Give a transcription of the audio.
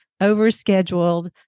overscheduled